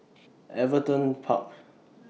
Everton Park